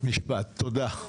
תודה.